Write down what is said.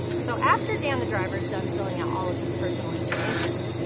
so after dan the driver's done filling out all of his personal information,